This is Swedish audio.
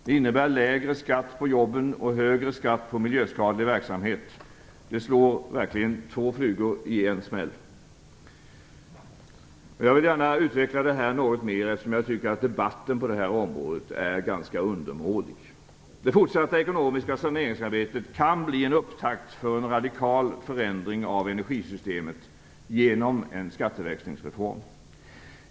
Det innebär lägre skatt på jobben och högre skatt på miljöskadlig verksamhet; det slår verkligen två flugor i en smäll. Jag vill gärna utveckla det här något mer eftersom jag tycker att debatten på det här området är undermålig. Det fortsatta ekonomiska saneringsarbetet kan bli en upptakt för en radikal förändring av energisystemet genom en skatteväxlingsreform.